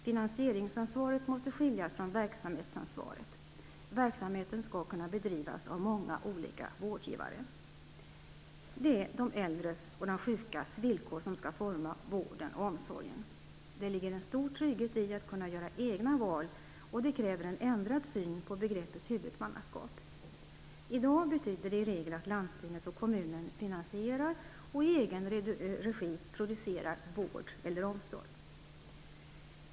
Finansieringsansvaret måste skiljas från verksamhetsansvaret. Verksamheten skall kunna bedrivas av många olika vårdgivare. Det är de äldres och de sjukas villkor som skall forma vården och omsorgen. Det ligger en stor trygghet i att kunna göra egna val, och det kräver en ändrad syn på begreppet huvudmannaskap. I dag betyder det i regel att landstinget och kommunen finansierar och i egen regi producerar vård eller omsorg.